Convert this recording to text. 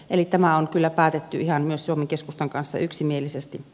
eli tämä on kyllä päätetty ihan myös suomen keskustan kanssa yksimielisesti